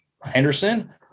Henderson